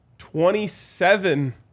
Twenty-seven